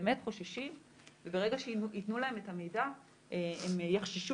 הם באמת חוששים וברגע שייתנו להם את המידע הם יחששו